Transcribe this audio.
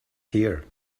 here